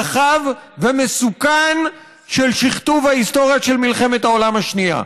רחב ומסוכן של שכתוב ההיסטוריה של מלחמת העולם השנייה?